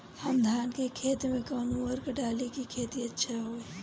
हम धान के खेत में कवन उर्वरक डाली कि खेती अच्छा होई?